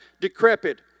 decrepit